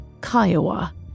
Kiowa